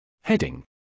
Heading